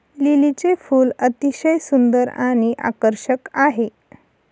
लिलीचे फूल अतिशय सुंदर आणि आकर्षक आहे